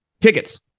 tickets